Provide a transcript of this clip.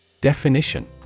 Definition